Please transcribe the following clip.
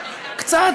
קצת,